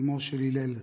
אימו של הלל,